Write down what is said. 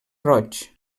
roig